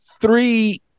three